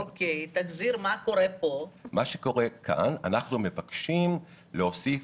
מה שקורה כאן, אנחנו מבקשים להוסיף